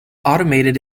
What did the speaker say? automated